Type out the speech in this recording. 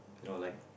you know like